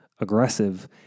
aggressive